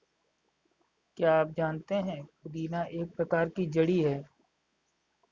क्या आप जानते है पुदीना एक प्रकार की जड़ी है